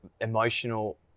emotional